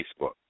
Facebook